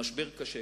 המשבר קשה,